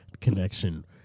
connection